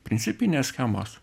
principinės schemos